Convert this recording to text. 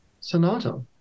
Sonata